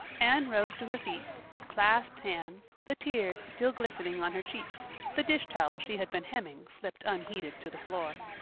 anne rose to her feet, with clasped hands, the tears still glistening on her cheeks the dish towel she had been hemming slipped unheeded to the floor.